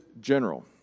general